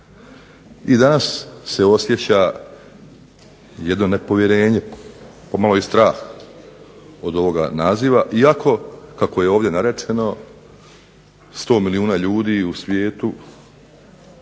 I danas se osjeća jedno nepovjerenje, pomalo i strah od ovoga naziva iako kako je ovdje rečeno 100 milijuna ljudi u svijetu